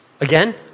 Again